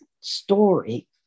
story